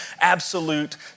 absolute